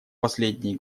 последние